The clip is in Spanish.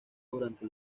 durante